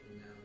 now